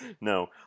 No